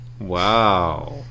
Wow